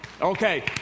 Okay